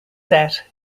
set